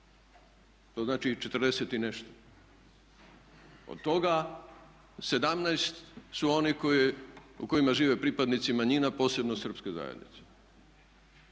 to znači 40 i nešto, od toga 17 su oni u kojima žive pripadnici manjina posebno srpske zajednice.